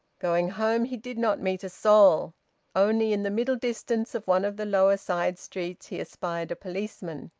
going home, he did not meet a soul only in the middle distance of one of the lower side streets he espied a policeman.